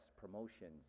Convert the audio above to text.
promotions